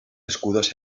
escudos